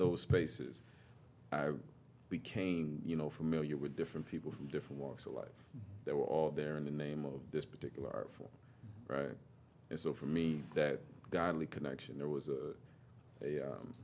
those spaces became you know familiar with different people from different walks of life they were all there in the name of this particular form and so for me that godly connection there was a